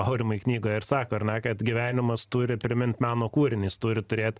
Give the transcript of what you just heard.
aurimai knygoje ir sako ar ne kad gyvenimas turi primint meno kūrinį jis turi turėt